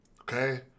Okay